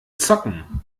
zocken